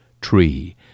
tree